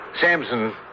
Samson